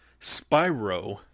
Spyro